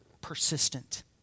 persistent